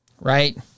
right